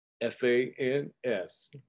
F-A-N-S